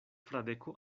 fradeko